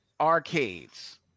Arcades